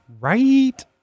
right